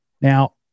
Now